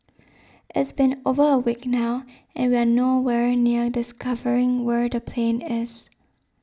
it's been over a week now and we are no where near discovering where the plane is